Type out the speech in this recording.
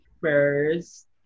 first